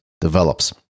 develops